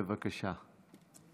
בבקשה.